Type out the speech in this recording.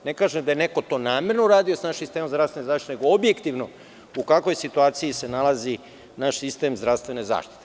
Ne kažem da je neko to namerno uradio s našim sistemom zdravstvene zaštite, nego objektivno u kakvoj situaciji se nalazi naš sistem zdravstvene zaštite.